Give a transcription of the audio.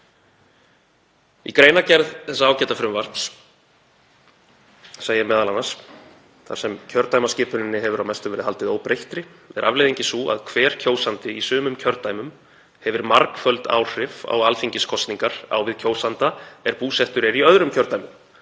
Í greinargerð þessa ágæta frumvarps segir m.a.: „Þar sem kjördæmaskipun hefir að mestu verið haldið óbreyttri, er afleiðingin sú, að hver kjósandi í sumum kjördæmum hefir margföld áhrif á alþingiskosningar á við kjósanda, er búsettur er í öðrum kjördæmum,